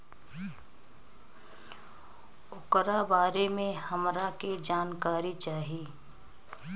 ओकरा बारे मे हमरा के जानकारी चाही?